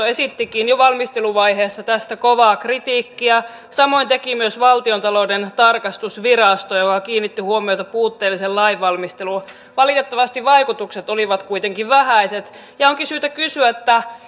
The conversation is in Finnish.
esittikin jo valmisteluvaiheessa tästä kovaa kritiikkiä samoin teki myös valtiontalouden tarkastusvirasto joka kiinnitti huomiota puutteelliseen lainvalmisteluun valitettavasti vaikutukset olivat kuitenkin vähäiset ja onkin syytä kysyä